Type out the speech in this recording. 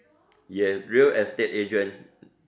yes real estate agent